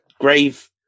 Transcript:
grave